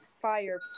fire